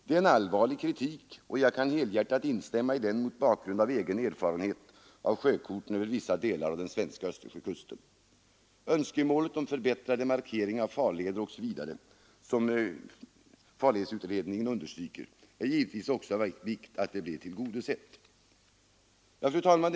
Det är en allvarlig kritik, och jag kan helhjärtat instämma i den mot bakgrund av egen erfarenhet av sjökorten över vissa delar av den svenska Östersjökusten. Önskemålet om förbättrade markeringar av farleder osv., som farledsutredningen understryker, är det givetvis också av vikt att tillgodose. Fru talman!